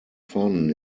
fun